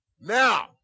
Now